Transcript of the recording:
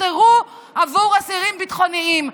שסורסרו עבור אסירים ביטחוניים.